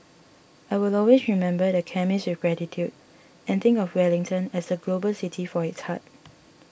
I will always remember the chemist with gratitude and think of Wellington as a global city for its heart